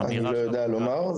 אני לא יודע לומר.